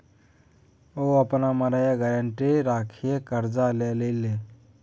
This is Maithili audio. ओ अपन मड़ैया गारंटी राखिकए करजा लेलनि